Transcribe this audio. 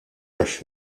għax